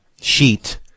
sheet